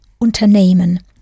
unternehmen